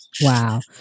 Wow